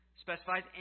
specifies